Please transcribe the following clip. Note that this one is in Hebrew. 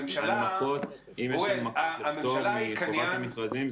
הממשלה היא קניין --- אם יש הנמקות לפטור מחובת המכרזים,